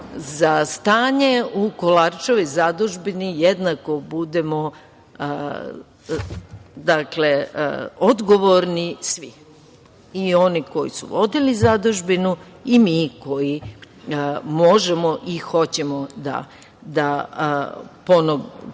za stanje u Kolarčevoj zadužbini jednako budemo odgovorni svi, i oni koji su vodili zadužbinu i mi koji možemo i hoćemo da pomognemo